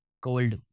cold